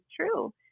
true